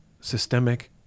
systemic